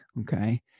okay